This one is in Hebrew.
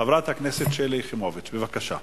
חברת הכנסת שלי יחימוביץ, בבקשה.